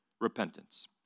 repentance